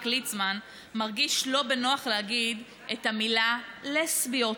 ליצמן מרגיש לא בנוח להגיד את המילה לסביות,